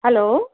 hello